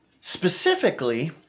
Specifically